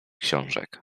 książek